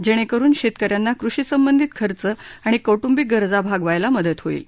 जेणेकरून शेतकऱ्यांना कृषी संबंधित खर्च आणि कौ ुव्विक गरजा भागवायला मदत होईल